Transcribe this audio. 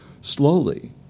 slowly